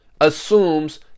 assumes